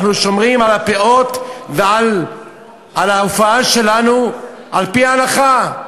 אנחנו שומרים על הפאות ועל ההופעה שלנו על-פי ההלכה,